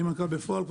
אני מנכ"ל בפועל.